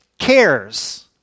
cares